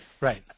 right